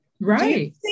Right